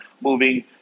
Moving